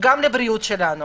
וגם לבריאות שלנו.